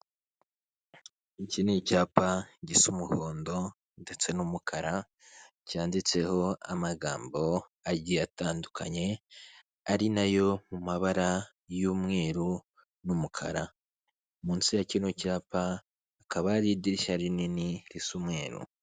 Iki ni icyapa gisa umuhondo ndetse n'umukara cyanditseho amagambo agiye atandukanye ari nayo mu mabara y'umweru n'umukara munsi ya kino cyapa akaba hari idirishya rinini risa umweru.